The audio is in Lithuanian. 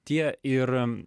tie ir